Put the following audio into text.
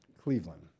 Cleveland